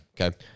Okay